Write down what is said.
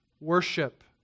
Worship